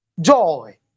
joy